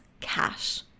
cash